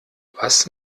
was